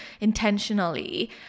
intentionally